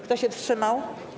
Kto się wstrzymał?